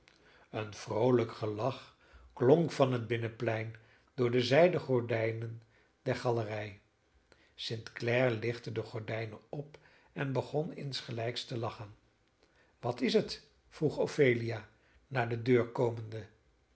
een vroolijk gelach klonk van het binnenplein door de zijden gordijnen der galerij st clare lichtte de gordijn op en begon insgelijks te lachen wat is het vroeg ophelia naar de deur komende